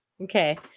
Okay